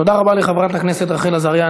תודה רבה לחברת הכנסת רחל עזריה.